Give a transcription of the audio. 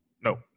No